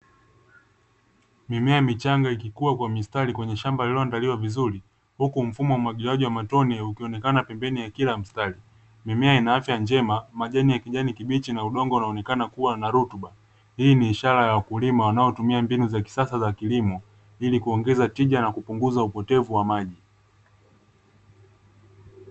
Mimea michanga ikikua kwa mistari, kwenye shamba lililoandaliwa vizuri, huku mfumo wa umwagiliaji wa matone ukionekana pembeni mwa kila mstari. Mimea ina afya njema, majani ya kijani kibichi, na udongo unaonekana kuwa na rutuba. Hii ni ishara ya wakulima wanaotumia mbinu za kisasa za kilimo ili kuongeza tija na kupunguza upotevu wa maji.